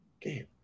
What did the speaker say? game